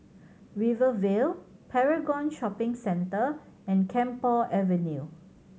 Rivervale Paragon Shopping Centre and Camphor Avenue